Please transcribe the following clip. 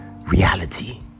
reality